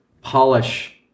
polish